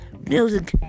music